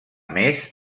més